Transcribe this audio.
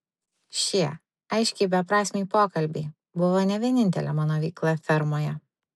šie aiškiai beprasmiai pokalbiai buvo ne vienintelė mano veikla fermoje